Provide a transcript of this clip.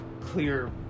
clear